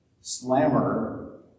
slammer